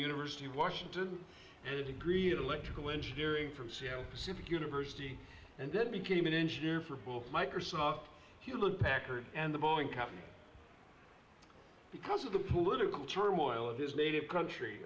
university of washington and agreed electrical engineering from seattle pacific university and then became an engineer for book microsoft he looked packard and the boeing company because of the political turmoil of his native country